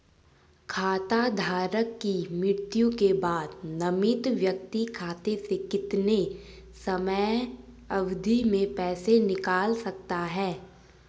खाता धारक की मृत्यु के बाद नामित व्यक्ति खाते से कितने समयावधि में पैसे निकाल सकता है?